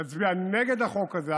תצביע נגד החוק הזה.